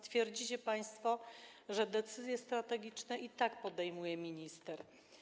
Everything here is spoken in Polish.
Twierdzicie państwo, że decyzje strategiczne i tak podejmuje minister.